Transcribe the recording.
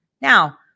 Now